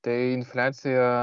tai infliacija